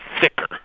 thicker